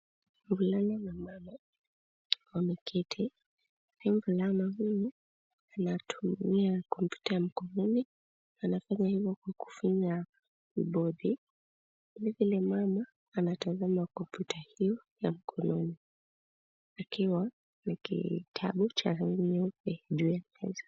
Mvulana na mama wameketi. Pia mvulana huyu anatumia kompyuta ya mkononi, anafanya hivyo kwa kufinya kibodi. Vili vile mama anatazama kwa kompyuta hio ya mkononi ,akiwa na kitabu cha rangi nyeupe juu ya meza.